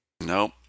Nope